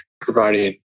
providing